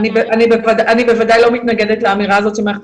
אני בוודאי לא מתנגדת לאמירה הזאת שמערכת